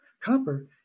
copper